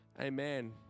Amen